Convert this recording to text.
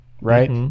right